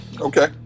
Okay